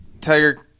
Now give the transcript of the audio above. Tiger